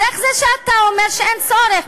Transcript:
אז איך זה שאתה אומר שאין צורך?